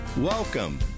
Welcome